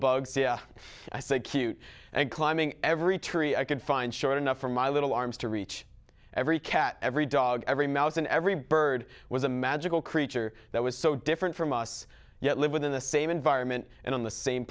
bugs c a i said cute and climbing every tree i could find short enough for my little arms to reach every cat every dog every mouse and every bird was a magical creature that was so different from us yet live within the same environment and on the same